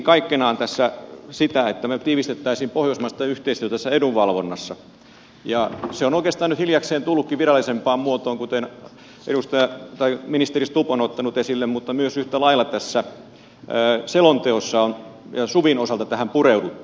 näkisinkin kaikkenaan tässä että me tiivistäisimme pohjoismaista yhteistyötä tässä edunvalvonnassa ja se on oikeastaan nyt hiljakseen tullutkin virallisempaan muotoon kuten ministeri stubb on ottanut esille mutta myös yhtä lailla tässä selonteossa on suvin osalta tähän pureuduttu